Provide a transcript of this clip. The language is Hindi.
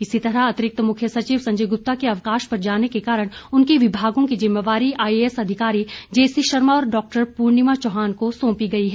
इसी तरह अतिरिक्त मुख्य सचिव संजय गुप्ता के अवकाश पर जाने के कारण उनके विभागों की जिम्मेवारी आईएएस अधिकारी जेसी शर्मा और डॉक्टर पूर्णिमा चौहान को सौंपी गई है